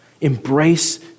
embrace